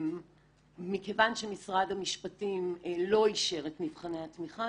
מכיוון שמשרד המשפטים לא אישר את מבחני התמיכה,